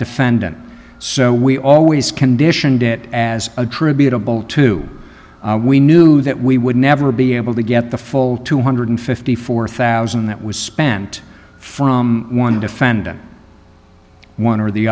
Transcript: defendant so we always conditioned it as attributable to we knew that we would never be able to get the full two hundred fifty four thousand that was spent from one defendant one or the